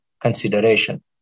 consideration